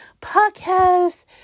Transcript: Podcast